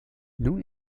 nun